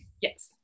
yes